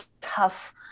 tough